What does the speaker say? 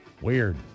Weird